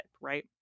right